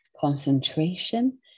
concentration